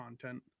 content